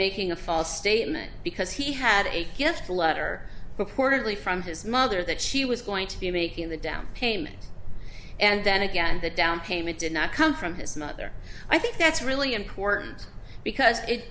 making a false statement because he had a gift a letter reportedly from his mother that she was going to be making the down payment and then again the down payment did not come from his mother i think that's really important because it